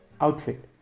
Outfit